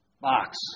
box